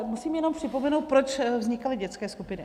Musím jenom připomenout, proč vznikaly dětské skupiny.